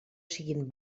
siguen